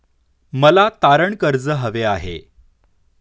मला तारण कर्ज हवे आहे